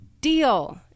deal